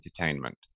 entertainment